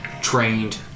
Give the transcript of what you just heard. trained